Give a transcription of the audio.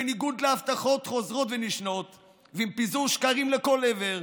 בניגוד להבטחות חוזרות ונשנות ועם פיזור שקרים לכל עבר,